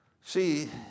See